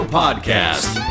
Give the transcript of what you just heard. podcast